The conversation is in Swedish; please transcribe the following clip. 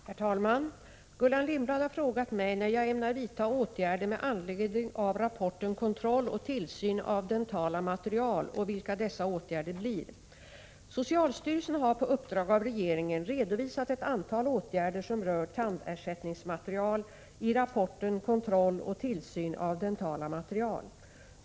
Herr talman! Gullan Lindblad har frågat mig när jag ämnar vidta åtgärder med anledning av rapporten Kontroll och tillsyn av dentala material och vilka dessa åtgärder blir. Socialstyrelsen har på uppdrag av regeringen redovisat ett antal åtgärder som rör tandersättningsmaterial i rapporten Kontroll och tillsyn av dentala material.